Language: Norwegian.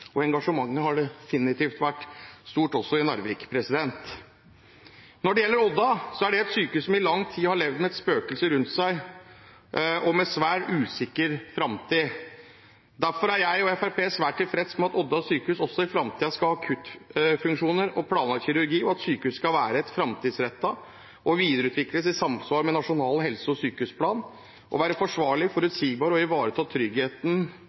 det. Engasjementet har definitivt vært stort også i Narvik. Når det gjelder Odda, er det et sykehus som i lang tid har levd med et spøkelse rundt seg, og med en svært usikker framtid. Derfor er jeg og Fremskrittspartiet svært tilfreds med at Odda sjukehus også i framtiden skal ha akuttfunksjoner og planlagt kirurgi. Sykehuset skal være framtidsrettet og videreutvikles i samsvar med nasjonal helse- og sykehusplan. Det skal være forsvarlig, forutsigbart, ivareta tryggheten og være en viktig del av beredskapen for befolkningen i Odda og